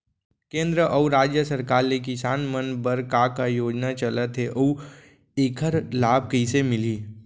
केंद्र अऊ राज्य सरकार ले किसान मन बर का का योजना चलत हे अऊ एखर लाभ कइसे मिलही?